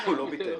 לא ביטל אותה.